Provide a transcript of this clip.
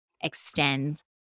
extend